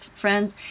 friends